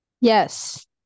Yes